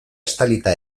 estalita